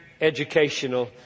educational